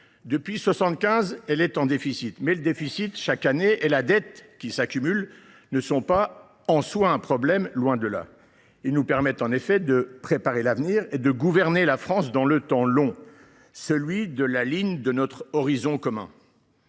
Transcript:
puisqu’elle est en déficit depuis 1975, mais le déficit annuel et la dette, qui s’accumule, ne sont pas en soi un problème, loin de là. Ils nous permettent en effet de préparer l’avenir et de gouverner la France dans le temps long, celui de notre horizon commun.